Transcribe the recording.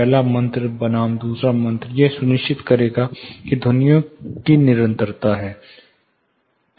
पहला मंत्र बनाम दूसरा मंत्र यह सुनिश्चित करेगा कि ध्वनियों की निरंतरता है